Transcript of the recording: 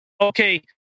Okay